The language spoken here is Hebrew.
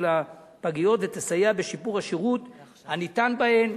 לפגיות ותסייע בשיפור השירות הניתן בהן.